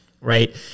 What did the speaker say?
right